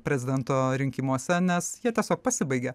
prezidento rinkimuose nes jie tiesiog pasibaigė